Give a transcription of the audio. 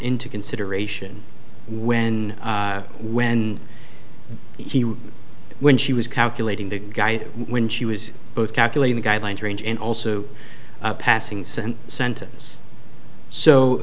into consideration when when he when she was calculating the guy when she was both calculating the guidelines range and also passing since sentence so